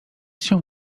się